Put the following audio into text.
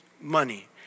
money